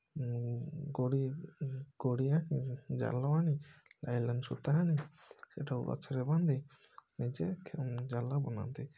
ଉଁ ଗୋଡ଼ି ଗୋଡ଼ିଆ ଜାଲ ଆଣି ଲାଇଲନ୍ ସୂତା ଆଣି ସେଇଟାକୁ ଗଛରେ ବାନ୍ଧି ନିଜେ ଜାଲ ବୁଣନ୍ତି